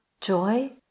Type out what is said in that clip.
joy